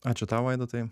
ačiū tau vaidotai